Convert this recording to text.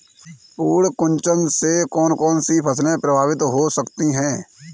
पर्ण कुंचन से कौन कौन सी फसल प्रभावित हो सकती है?